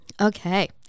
Okay